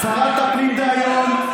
שרת הפנים דהיום,